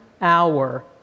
hour